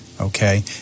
okay